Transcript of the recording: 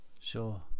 sure